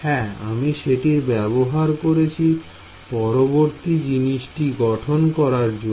হ্যাঁ আমি সেটির ব্যবহার করছি পরবর্তী জিনিসটি গঠন করার জন্য